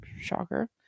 Shocker